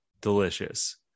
delicious